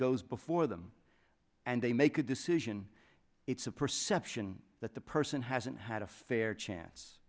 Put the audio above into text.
goes before them and they make a decision it's a perception that the person hasn't had a fair chance